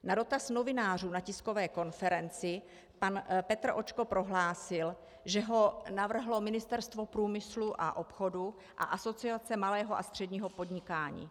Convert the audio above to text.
Na dotaz novinářů na tiskové konferenci pan Petr Očko prohlásil, že ho navrhlo Ministerstvo průmyslu a obchodu a Asociace malého a středního podnikání.